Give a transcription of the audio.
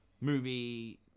movie